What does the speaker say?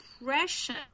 impression